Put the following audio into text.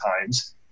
times